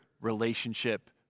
relationship